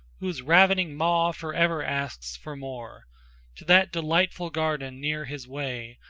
whose ravening maw forever asks for more to that delightful garden near his way,